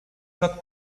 not